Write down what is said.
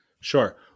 Sure